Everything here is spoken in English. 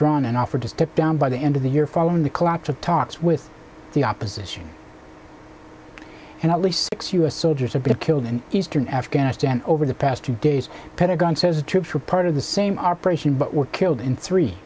withdrawn and offered to step down by the end of the year following the collapse of talks with the opposition and at least six u s soldiers have been killed in eastern afghanistan over the past two days pentagon says the troops are part of the same operation but were killed in three